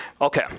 Okay